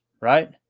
right